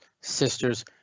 sisters